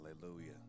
Hallelujah